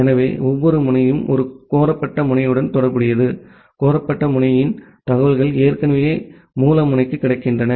எனவே ஒவ்வொரு முனையும் ஒரு கோரப்பட்ட முனையுடன் தொடர்புடையது கோரப்பட்ட முனையின் தகவல்கள் ஏற்கனவே மூல முனைக்கு கிடைக்கின்றன